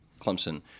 Clemson